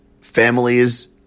families